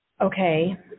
Okay